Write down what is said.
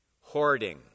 hoarding